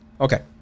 okay